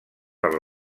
per